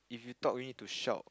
if you talk you need to shout